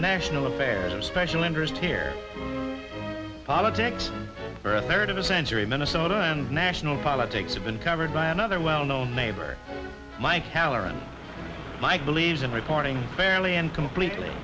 national affairs of special interest here politics for a third of a century minnesota and national politics have been covered by another well known neighbor mike kalar and mike believes in reporting fairly and completely